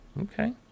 Okay